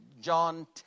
John